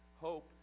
Hope